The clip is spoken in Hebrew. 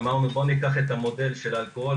אמרנו בואו ניקח את המודל של האלכוהול